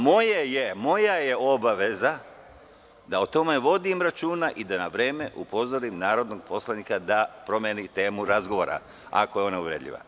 Moja je obaveza da o tome vodim računa i da na vreme upozorim narodnog poslanika da promeni temu razgovora, ako je ona uvredljiva.